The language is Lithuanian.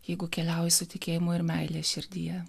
jeigu keliauji su tikėjimu ir meile širdyje